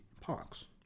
pox